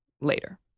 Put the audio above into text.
later